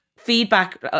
feedback